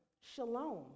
shalom